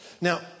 Now